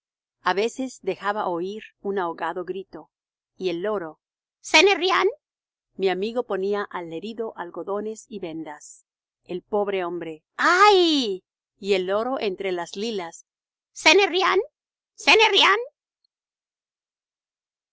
á veces dejaba oir un ahogado grito y el loro i ce n'est rien i mi amigo ponía al herido algodones y vendas el pobre hombre ay y el loro entre las lilas i ce n'est rien ce